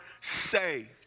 saved